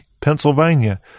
Pennsylvania